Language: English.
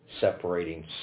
separating